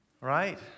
Right